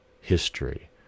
history